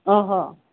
ଓହୋ